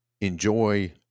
enjoy